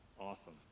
awesome